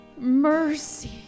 mercy